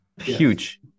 huge